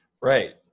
right